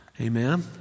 Amen